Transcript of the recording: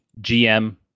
GM